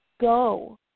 go